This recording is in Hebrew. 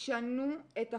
תשנו את החוק,